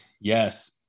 Yes